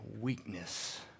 weakness